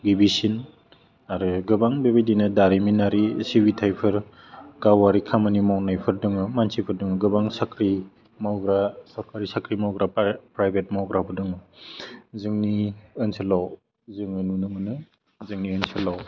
गिबिसिन आरो गोबां बे बायदिनो दारिमिनारि सिबिथाइफोर गावारि खामानि मावनायफोर दङ मानसिफोर दङ गोबां साख्रि मावग्रा सरकारि साख्रि मावग्रा प्रा प्राइभेट मावग्राबो दङ जोंनि ओनसोलाव जोङो नुनो मोनो जोंनि ओनसोलाव